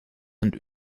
und